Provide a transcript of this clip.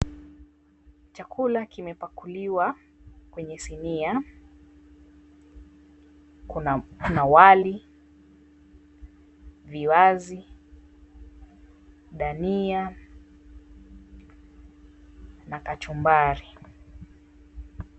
Chakula kimepakuliwa kwenye sinia, kuna; wali, viazi, dania na kachumbari.